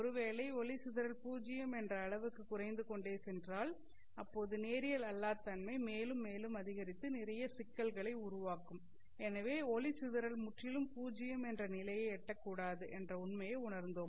ஒருவேளை ஒளி சிதறல் பூஜ்ஜியம் என்ற அளவுக்குச் குறைந்துகொண்டே சென்றால் அப்போது நேரியல் அல்லா தன்மை மேலும் மேலும் அதிகரித்து நிறைய சிக்கல்களை உருவாக்கும் எனவே ஒளிச்சிதறல் முற்றிலும் பூஜ்ஜியம் என்ற நிலையை எட்டக்கூடாது என்ற உண்மையை உணர்ந்தோம்